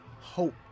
hope